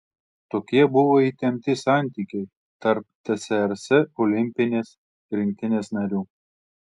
tokie buvo įtempti santykiai tarp tsrs olimpinės rinktinės narių